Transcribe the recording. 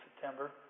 September